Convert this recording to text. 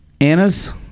Anna's